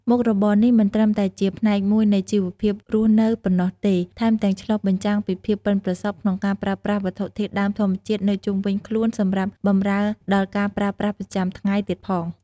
មុខរបរនេះមិនត្រឹមតែជាផ្នែកមួយនៃជីវភាពរស់នៅប៉ុណ្ណោះទេ ថែមទាំងឆ្លុះបញ្ចាំងពីភាពប៉ិនប្រសប់ក្នុងការប្រើប្រាស់វត្ថុធាតុដើមធម្មជាតិនៅជុំវិញខ្លួនសម្រាប់បម្រើដល់ការប្រើប្រាស់ប្រចាំថ្ងៃទៀតផង។